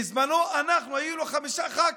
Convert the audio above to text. בזמנו אנחנו היינו חמישה ח"כים,